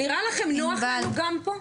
נראה לכם שנוח לנו גם פה ?